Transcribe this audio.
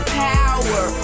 power